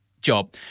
job